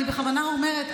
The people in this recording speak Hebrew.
אני בכוונה אומרת.